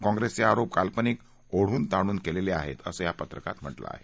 काँग्रेसचे आरोप काल्पनिक ओढून ताणून केलेले आहेत असं या पत्रकात म्हटलं आहे